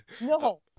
no